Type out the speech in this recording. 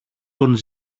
τον